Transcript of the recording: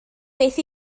beth